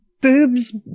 boobs